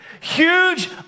huge